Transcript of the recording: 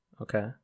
Okay